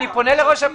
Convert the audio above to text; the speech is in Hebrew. אני פונה לראש הממשלה,